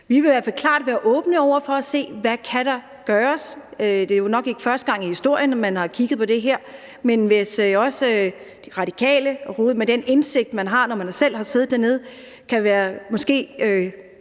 Vi vil i hvert fald klart være åbne over for at se på, hvad der kan gøres. Det er nok ikke første gang i historien, at man har kigget på det her, men måske De Radikale og hr. Jens Rohde med den indsigt, man har, når man selv har siddet dernede, også